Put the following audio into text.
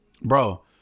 bro